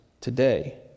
today